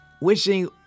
Wishing